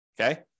Okay